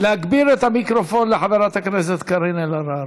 להגביר את המיקרופון לחברת הכנסת קארין אלהרר.